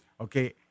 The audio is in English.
Okay